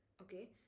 okay